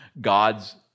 God's